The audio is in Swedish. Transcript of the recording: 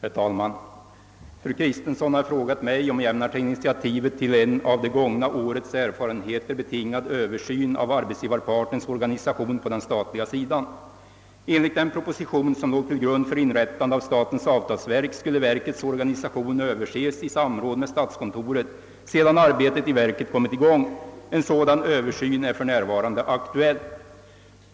Herr talman! Fru Kristensson har frågat mig, om jag ämnar ta initiativ till en av det gångna årets erfarenheter betingad översyn av arbetsgivarpartens organisation på den statliga sidan. Enligt den proposition som låg till grund för inrättande av statens avtalsverk skulle verkets organisation Ööverses i samråd med statskontoret sedan arbetet i verket kommit i gång. En sådan översyn är för närvarande aktuell.